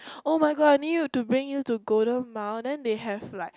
oh my god I need you to bring you to Golden-Mile then they have like